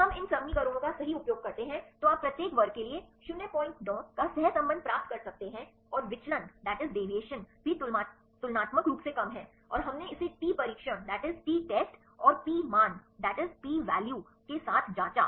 हम इन समीकरणों का सही उपयोग करते हैं तो आप प्रत्येक वर्ग के लिए 09 का सहसंबंध प्राप्त कर सकते हैं और विचलन भी तुलनात्मक रूप से कम है और हमने इसे टी परीक्षण और पी मान के साथ जांचा